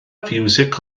fiwsig